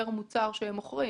פר מוצר שהם מוכרים.